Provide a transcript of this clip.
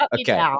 Okay